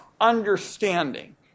understanding